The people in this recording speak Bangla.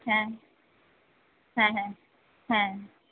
হ্যাঁ হ্যাঁ হ্যাঁ হ্যাঁ